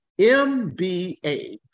MBA